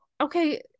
Okay